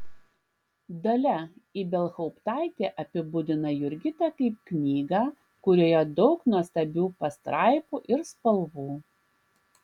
dalia ibelhauptaitė apibūdina jurgitą kaip knygą kurioje daug nuostabių pastraipų ir spalvų